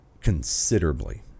considerably